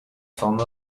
format